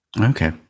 okay